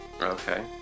okay